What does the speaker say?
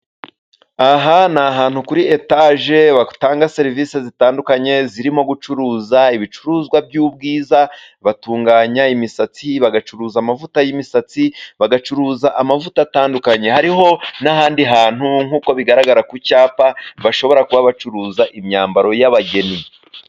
Aha ni ahantu kuri etaje batanga serivisi zitandukanye zirimo gucuruza ibicuruzwa by'ubwiza batunganya imisatsi, bagacuruza amavuta y'imisatsi, bagacuruza amavuta atandukanye. Hariho n'ahandi hantu nk'uko bigaragara ku cyapa bashobora kuba bacuruza imyambaro y'abageni.